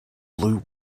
blue